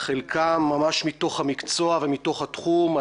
וחלקם ממש מתוך המקצוע, מתוך התחום.